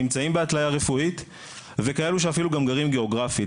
שנמצאים בהתליה רפואית וכאלו שאפילו גם גרים גיאוגרפית,